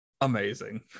amazing